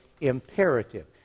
imperative